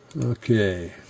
okay